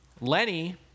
Lenny